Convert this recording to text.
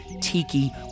tiki